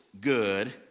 good